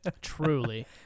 Truly